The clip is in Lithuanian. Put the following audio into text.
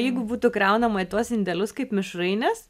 jeigu būtų kraunama į tuos indelius kaip mišrainės